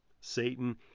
Satan